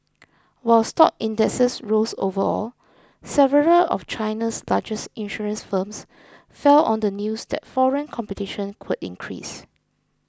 while stock indexes rose overall several of China's largest insurance firms fell on the news that foreign competition could increase